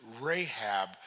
Rahab